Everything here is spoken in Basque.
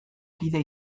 kide